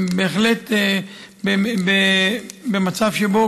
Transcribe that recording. הם בהחלט במצב שבו,